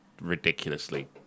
ridiculously